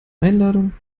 einladung